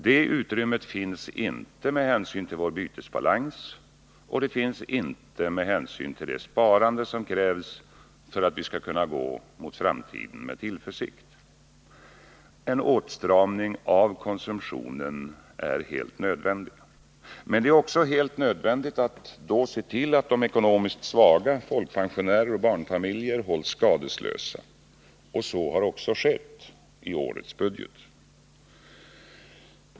Det utrymmet finns inte med hänsyn till vår bytesbalans, och det finns inte med hänsyn till det sparande som krävs för att vi skall kunna gå mot framtiden med tillförsikt. En åtstramning av konsumtionen är helt nödvändig. Men det är också helt nödvändigt att då se till att de ekonomiskt svaga, folkpensionärer och barnfamiljer, hålls skadeslösa. Och så har också skett i årets budget.